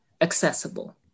accessible